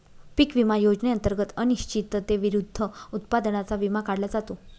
पीक विमा योजनेद्वारे अनिश्चिततेविरुद्ध उत्पादनाचा विमा काढला जातो